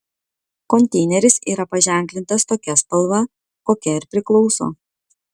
konteineris yra paženklintas tokia spalva kokia ir priklauso